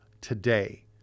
today